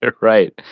right